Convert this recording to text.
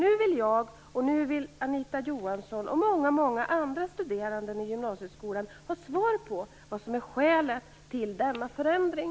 Nu vill jag, Anita Johansson och många studerande i gymnasieskolan ha svar på vad som är skälet till denna förändring.